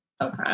Okay